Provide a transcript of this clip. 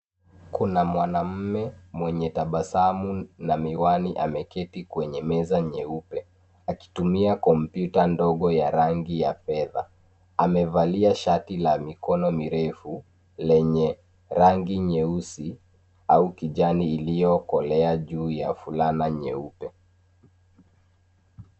Kuna mwanamume, mwenye tabasamu na miwani ameketi kwenye meza nyeupe, akitumia kompyuta ndogo ya rangi ya fedha. Amevalia shati la mikono mirefu lenye rangi nyeusi au kijani iliyokolea juu ya fulana nyeupe.